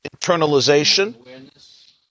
Internalization